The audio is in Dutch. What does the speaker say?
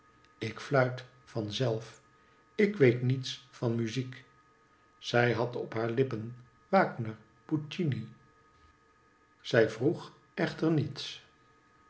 ik fluit van zelf ik weetniets van muziek zij had op haar lippen wagner puccini zij vroeg echter niets